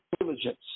diligence